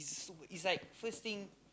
so it's like first thing